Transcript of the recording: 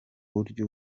buryo